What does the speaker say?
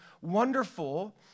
wonderful